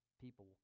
People